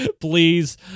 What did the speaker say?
please